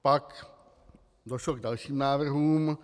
Pak došlo k dalším návrhům.